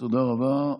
תודה רבה.